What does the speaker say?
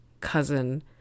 cousin